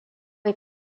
est